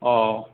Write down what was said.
অঁ